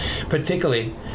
Particularly